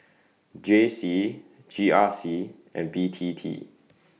J C G R C and B T T